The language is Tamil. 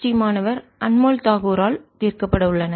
டி மாணவர் அன்மோல் தாகூரால் தீர்க்கப்பட உள்ளன